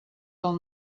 del